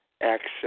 access